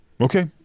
Okay